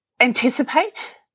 anticipate